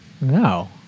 No